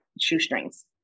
shoestrings